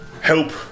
help